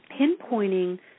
Pinpointing